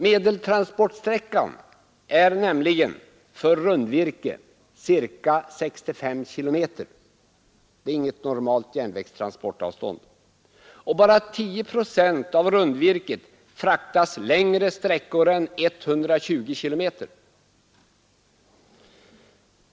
Medeltransportsträckan är nämligen för rundvirke ca 65 kilometer — det är inget normalt järnvägstransportavstånd — och bara 10 procent av rundvirket fraktas längre sträckor än 120 kilometer.